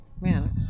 man